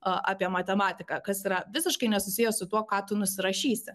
apie matematiką kas yra visiškai nesusiję su tuo ką tu nusirašysi